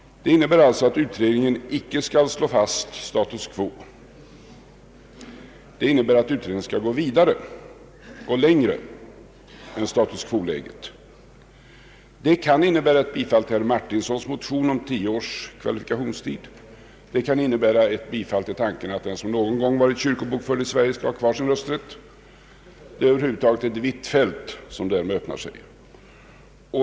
Det innebär alltså att utredningen icke skall slå fast status quo, utan att utredningen skall gå vidare, längre än till status quoläget. Det kan innebära ett bifall till herr Martinssons motion om tio års kvalifikationstid; det kan innebära ett bifall till tanken att den som någon gång varit kyrkobokförd i Sverige skall ha kvar sin rösträtt. Det är över huvud taget ett vitt fält som här öppnar sig.